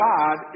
God